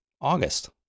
August